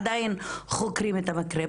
עדיין חוקרים את המקרה,